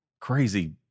crazy